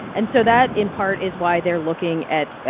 and so that, in part, is why they're looking at,